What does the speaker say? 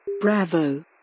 Bravo